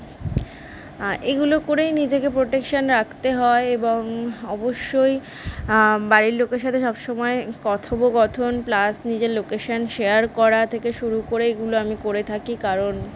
আ এগুলো করেই নিজেকে প্রোটেকশান রাখতে হয় এবং অবশ্যই বাড়ির লোকের সাথে সব সময় কথোপকথন প্লাস নিজের লোকেশান শেয়ার করা থেকে শুরু করে এগুলো আমি করে থাকি কারণ